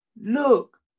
look